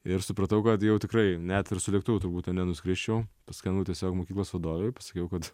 ir supratau kad jau tikrai net ir su lėktuvu turbūt nenuskriausčiau paskambinau tiesiog mokyklos vadovei pasakiau kad